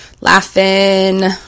laughing